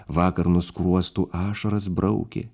vakar nuo skruostų ašaras braukė